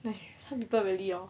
some people really hor